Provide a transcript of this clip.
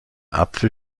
apfel